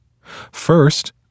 first